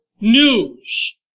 news